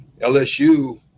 LSU